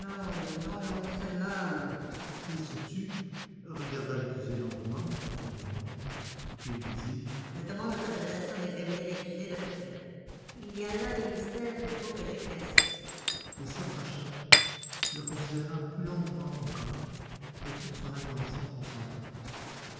non non seulement il se tut regarda l'accusé longuement profondément puis il dit je demande l'autorisation d'examiner l'accusé de plus près il y a là un mystère qu'il faut que j'éclaircisse il s'approcha le considéra plus longuement encore de toute son attention concentrée